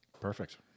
Perfect